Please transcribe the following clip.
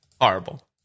Horrible